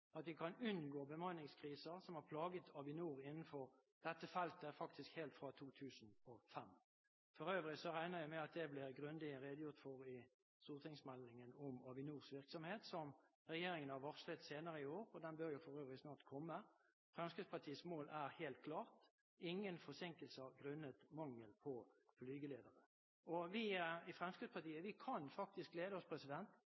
at vi kan unngå bemanningskriser, som har plaget Avinor innenfor dette feltet, faktisk helt fra 2005. For øvrig regner jeg med at det blir grundig redegjort for i stortingsmeldingen om Avinors virksomhet, som regjeringen har varslet senere i år – den bør forresten snart komme. Fremskrittspartiets mål er helt klart: Ingen forsinkelser grunnet mangel på flygeledere. Vi i